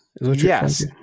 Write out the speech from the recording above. Yes